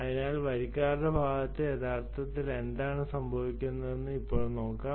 അതിനാൽ വരിക്കാരുടെ ഭാഗത്ത് യഥാർത്ഥത്തിൽ എന്താണ് സംഭവിക്കുന്നതെന്ന് ഇപ്പോൾ നോക്കാം